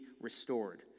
restored